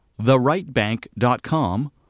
therightbank.com